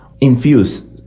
infuse